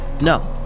No